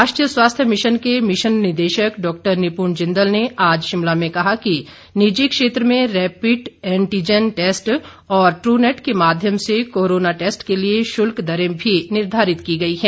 राष्ट्रीय स्वास्थ्य मिशन के मिशन निदेशक डॉक्टर निपुण जिंदल ने आज शिमला में कहा कि निजी क्षेत्र में रैपिड एंटीजन टैस्ट और द्वनेट के माध्यम से कोरोना टैस्ट के लिए शल्क दरें भी निर्धारित की गई हैं